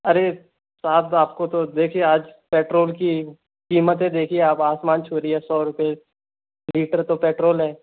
अरे साहब आपको तो देखिए आज पेट्रोल की कीमतें देखिए आप आसमान छू रही हैं सौ रुपए लीटर तो पेट्रोल है